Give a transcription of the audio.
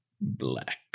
Black